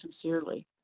sincerely